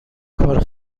کار